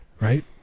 Right